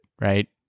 right